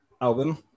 album